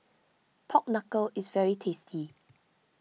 Pork Knuckle is very tasty